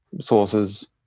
sources